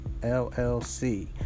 LLC